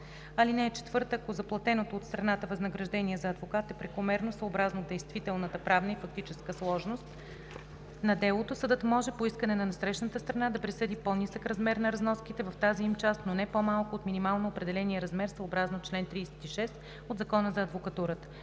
кодекс. (4) Ако заплатеното от страната възнаграждение за адвокат е прекомерно съобразно действителната правна и фактическа сложност на делото, съдът може по искане на насрещната страна да присъди по-нисък размер на разноските в тази им част, но не по-малко от минимално определения размер съобразно чл. 36 от Закона за адвокатурата.